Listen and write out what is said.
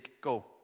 go